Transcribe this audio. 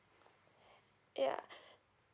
yeah